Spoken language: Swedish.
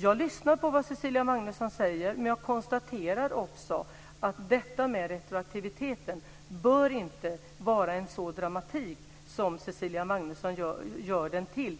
Jag lyssnar på vad Cecilia Magnusson säger, men jag konstaterar också att frågan om retroaktiviteten i dess totala omfattning inte bör vara en så dramatisk fråga som Cecilia Magnusson gör den till,